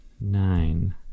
Nine